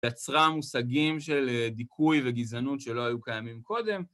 יצרה מושגים של דיכוי וגזענות שלא היו קיימים קודם.